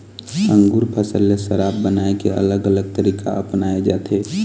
अंगुर फसल ले शराब बनाए के अलग अलग तरीका अपनाए जाथे